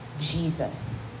Jesus